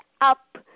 up